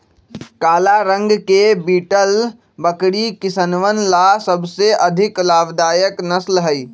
काला रंग के बीटल बकरी किसनवन ला सबसे अधिक लाभदायक नस्ल हई